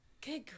good